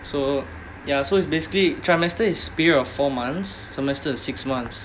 so ya so it's basically trimester is a period of four months semester is six months